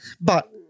but-